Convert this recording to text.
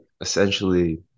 essentially